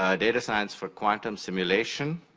ah data science for quantum simulation,